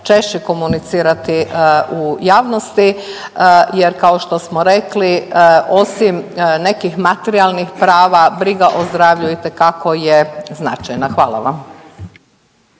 češće komunicirati u javnosti, jer kao što smo rekli osim nekih materijalnih prava, briga o zdravlju itekako je značajna. Hvala vam.